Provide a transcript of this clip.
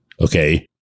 Okay